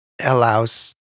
allows